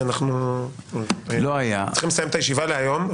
אנחנו צריכים לסיים את הישיבה להיום.